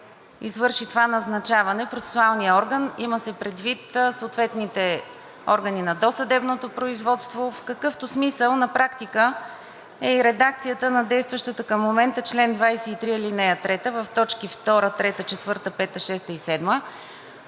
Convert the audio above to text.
извърши това назначаване. Имат се предвид съответните органи на досъдебното производство, в какъвто смисъл на практика е и редакцията на действащата към момента ал. 3 на чл. 23, в т. 2, 3, 4, 5, 6 и 7.